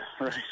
right